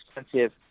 expensive